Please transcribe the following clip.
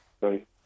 Sorry